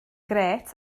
grêt